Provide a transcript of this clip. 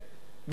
באמת שאין.